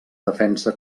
defensa